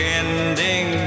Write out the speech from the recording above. ending